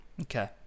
Okay